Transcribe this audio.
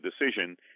decision